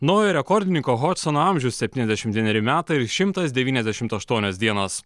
naujo rekordininko hodsono amžius septyniasdešimt vieneri metai ir šimtas devyniasdešimt aštuonios dienos